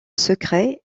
secret